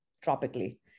tropically